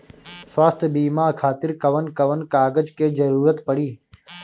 स्वास्थ्य बीमा खातिर कवन कवन कागज के जरुरत पड़ी?